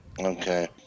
Okay